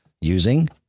using